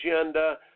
agenda